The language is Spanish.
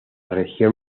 región